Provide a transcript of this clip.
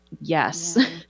yes